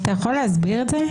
אתה יכול להסביר את זה?